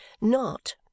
not—